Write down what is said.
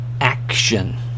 Action